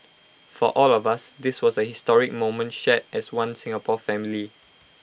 for all of us this was A historic moment shared as One Singapore family